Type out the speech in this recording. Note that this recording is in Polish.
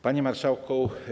Panie Marszałku!